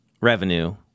revenue